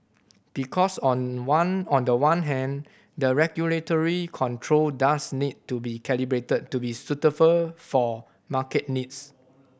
because on one on the one hand the regulatory control does need to be calibrated to be suitable for market needs